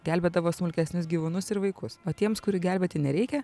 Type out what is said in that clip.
gelbėdavo smulkesnius gyvūnus ir vaikus o tiems kurių gelbėti nereikia